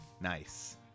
Nice